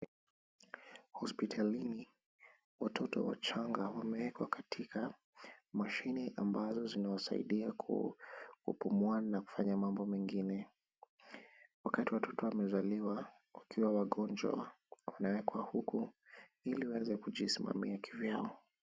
Hospitalini watoto wachanga wameekwa katika mashine ambazo zinawasaidia kupumua na kufanya mambo mengine wakati watoto wamezaliwa wakiwa wagonjwa wanekwa huku ili waweze kujisimamia Kivyao